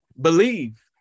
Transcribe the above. Believe